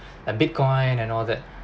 uh bitcoin and all that